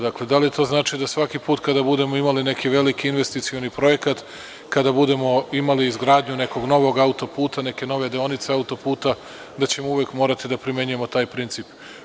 Da li to znači da svaki put kada budemo imali neki veliki investicioni projekat, kada budemo imali izgradnju nekog novog autoputa, neke nove deonice autoputa, da ćemo uvek morati da primenjujemo taj princip.